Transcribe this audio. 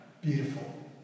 beautiful